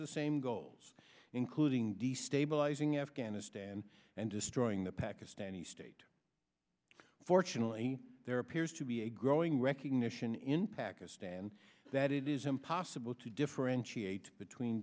the same goals including destabilizing afghanistan and destroying the pakistani state fortunately there appears to be a growing recognition in pakistan that it is impossible to differentiate between